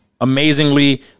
amazingly